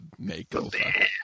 makeover